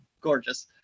Gorgeous